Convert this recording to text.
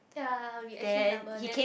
ya we exchange number then